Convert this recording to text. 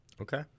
Okay